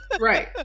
Right